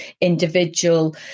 individual